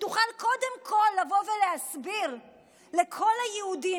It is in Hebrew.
שתוכל קודם כול לבוא ולהסביר לכל היהודים,